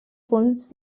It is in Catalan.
punts